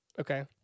Okay